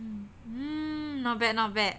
mm not bad not bad